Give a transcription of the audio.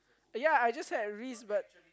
ya I just had a reese but